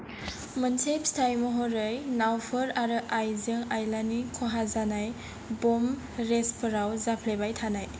मोनसे फिथाय महरै नावफोर आरो आयजें आयलानि खहा जानाया बम्ब रेसफोराव जाफ्लेबाय थानाय